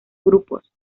grupos